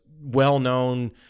well-known